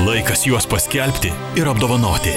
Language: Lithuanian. laikas juos paskelbti ir apdovanoti